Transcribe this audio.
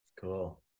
cool